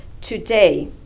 today